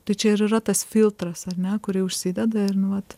tai čia ir yra tas filtras ar ne kurį užsideda ir nu vat